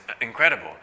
incredible